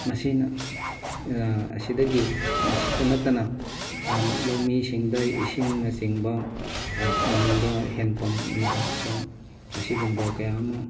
ꯃꯁꯤꯅ ꯑꯁꯤꯗꯒꯤ ꯃꯁꯤꯇ ꯅꯠꯇꯅ ꯂꯧꯃꯤꯁꯤꯡꯗ ꯏꯁꯤꯡꯅ ꯆꯤꯡꯕ ꯐꯪꯍꯟꯕ ꯍꯦꯟꯄꯝꯅ ꯍꯨꯠꯄ ꯑꯁꯤꯒꯨꯝꯕ ꯀꯌꯥ ꯑꯃ